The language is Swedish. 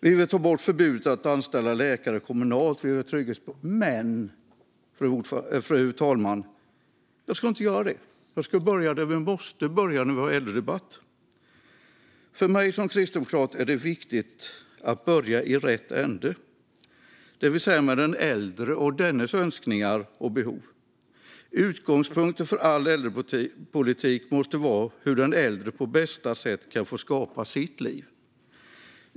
Vi vill ta bort förbudet att anställa läkare kommunalt. Vi vill ha trygghetsboenden. Men, fru talman, jag ska inte göra det. Jag ska börja där vi måste börja när vi har en äldredebatt. För mig som kristdemokrat är det viktigt att börja i rätt ände, det vill säga med den äldre och dennes önskningar och behov. Utgångspunkten för all äldrepolitik måste vara hur den äldre på bästa sätt kan skapa sitt liv.